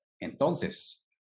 entonces